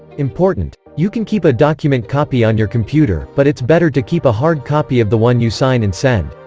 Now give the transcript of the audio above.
important you can keep a document copy on your computer, but it's better to keep a hard copy of the one you sign and send.